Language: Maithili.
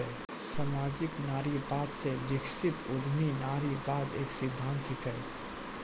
सामाजिक नारीवाद से विकसित उद्यमी नारीवाद एक सिद्धांत छिकै